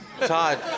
Todd